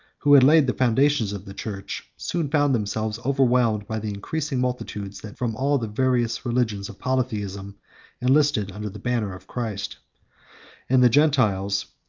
who had laid the foundations of the church, soon found themselves overwhelmed by the increasing multitudes, that from all the various religions of polytheism enlisted under the banner of christ and the gentiles,